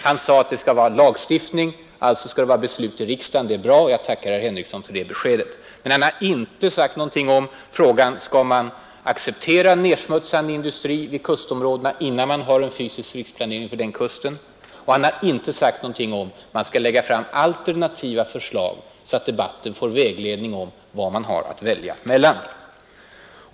Han sade att det skall vara lagstiftning, alltså skall det vara beslut av riksdagen. Jag tackar herr Henrikson för det beskedet. Men han har inte svarat på frågan: Skall man acceptera nedsmutsande industri vid kustområdena innan man har en fysisk riksplanering för kusten? Han har inte heller sagt någonting om att det bör läggas fram alternativa förslag så att man i debatten får vägledning om vad man har att välja mellan.